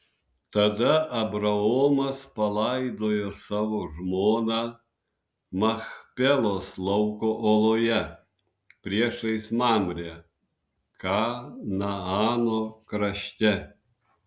tada abraomas palaidojo savo žmoną machpelos lauko oloje priešais mamrę kanaano krašte